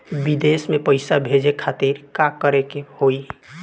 विदेश मे पैसा भेजे खातिर का करे के होयी?